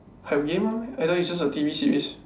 have game one meh I thought it's just a T_V series